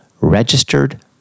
registered